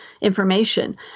information